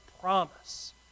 promise